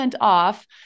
off